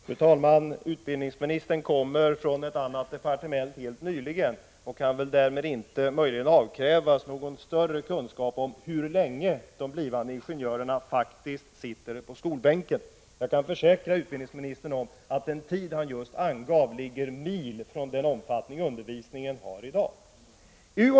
Fru talman! Utbildningsministern kom helt nyligen från ett annat departement och kan därför kanske inte avkrävas några större kunskaper om hur länge de blivande ingenjörerna faktiskt sitter på skolbänken. Jag kan försäkra utbildningsministern att den tid han nyss angav ligger mil från den omfattning som undervisningen i dag har.